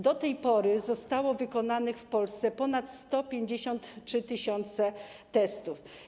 Do tej pory zostało wykonanych w Polsce ponad 153 tys. testów.